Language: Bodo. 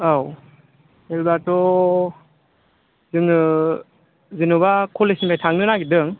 औ होनब्लाथ' जोङो जेनेबा कलेजनिफ्राइ थांनो नागिरदों